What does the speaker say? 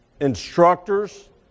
instructors